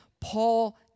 Paul